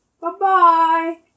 Bye-bye